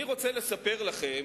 אני רוצה לספר לכם